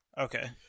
Okay